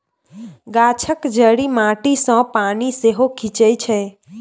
गाछक जड़ि माटी सँ पानि सेहो खीचई छै